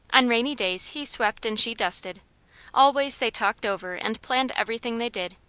on rainy days he swept and she dusted always they talked over and planned everything they did,